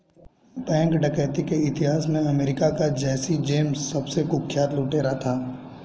bank डकैती के इतिहास में अमेरिका का जैसी जेम्स सबसे कुख्यात लुटेरा था